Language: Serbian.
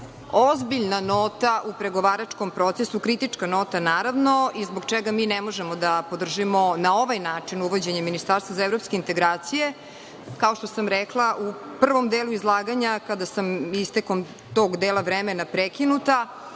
ozbiljna nota u pregovaračkom procesu, kritička nota naravno, i zbog čega mi ne možemo da podržimo na ovaj način uvođenje ministarstva za evropske integracije. Kao što sam rekla u prvom delu izlaganja kada sam istekom tog dela vremena prekinuta,